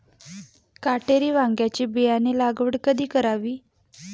काटेरी वांग्याची बियाणे लागवड कधी करावी?